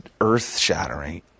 earth-shattering